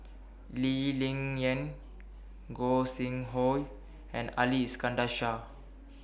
Lee Ling Yen Gog Sing Hooi and Ali Iskandar Shah